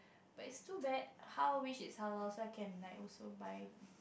but is too bad how wish is halal so I can like also buy